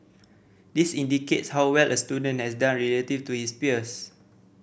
this indicates how well a student has done relative to his peers